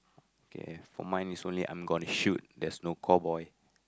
okay for mine is only I'm gonna shoot there's no cowboy